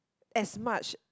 as much